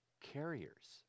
carriers